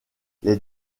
les